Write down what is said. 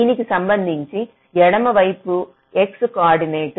దీనికి సంబంధించి ఎడమ వైపు పు x కోఆర్డినేట్